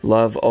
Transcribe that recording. Love